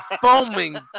foaming